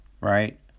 right